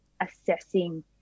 assessing